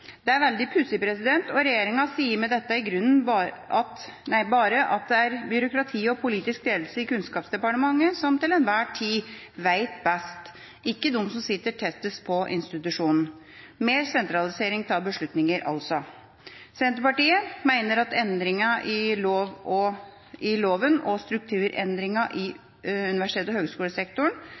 Det er veldig pussig, og regjeringa sier med dette i grunnen bare at det er byråkratiet og politisk ledelse i Kunnskapsdepartementet som til enhver tid vet best, ikke de som sitter tettest på institusjonen – altså mer sentralisering av beslutninger. Senterpartiet mener at endringene i loven og strukturendringen i universitets- og høyskolesektoren er nok et ledd i å redusere regionenes innflytelse over de viktigste kunnskaps- og